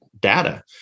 data